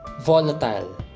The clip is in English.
Volatile